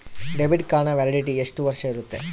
Debit ಕಾರ್ಡಿನ validity ಎಷ್ಟು ವರ್ಷ ಇರುತ್ತೆ?